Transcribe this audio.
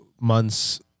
months